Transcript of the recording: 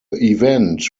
event